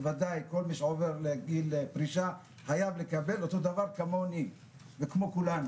בוודאי כל מי שעובר לגיל פרישה חייב לקבל אותו דבר כמוני וכמו כולנו.